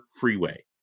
freeway